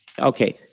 Okay